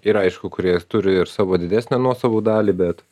ir aišku kurie turi ir savo didesnę nuosavų dalį bet